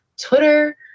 Twitter